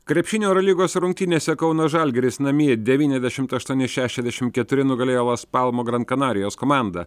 krepšinio eurolygos rungtynėse kauno žalgiris namie devyniasdešimt aštuoni šešiasdešimt keturi nugalėjo las palmo gran kanarijos komandą